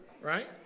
right